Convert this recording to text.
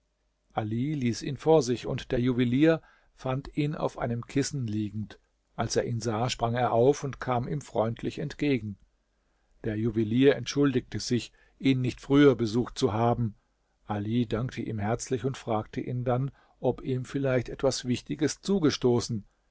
ali ließ ihn vor sich und der juwelier fand ihn auf einem kissen liegend als er ihn sah sprang er auf und kam ihm freundlich entgegen der juwelier entschuldigte sich ihn nicht früher besucht zu haben ali dankte ihm herzlich und fragte ihn dann ob ihm vielleicht etwas wichtiges zugestoßen